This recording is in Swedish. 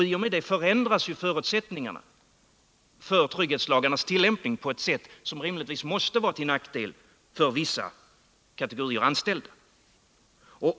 I och med det förändras förutsättningarna för trygghetslagarnas tillämpning på ett sätt som rimligtvis måste vara till nackdel för vissa kategorier anställda.